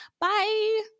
Bye